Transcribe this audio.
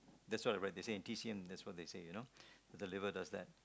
that's what I read they say in T_C_M that's what they say you know that the liver does that